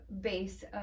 base